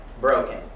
broken